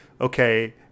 okay